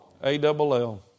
A-double-L